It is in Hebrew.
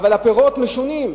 אבל הפירות משונים.